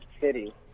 city